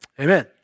amen